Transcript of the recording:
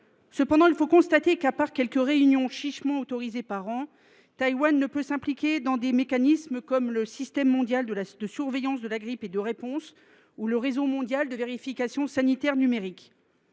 Cependant, il faut constater que, à part quelques réunions chichement autorisées par an, Taïwan ne peut pas s’impliquer dans des mécanismes comme le système mondial de surveillance de la grippe et de riposte ou le réseau mondial de vérification sanitaire numérique.